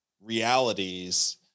realities